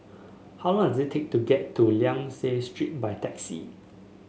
how long does it take to get to Liang Seah Street by taxi